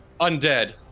undead